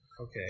Okay